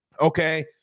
okay